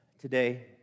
Today